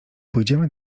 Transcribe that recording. pójdziemy